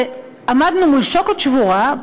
ועמדנו מול שוקת שבורה,